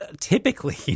typically